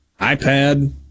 iPad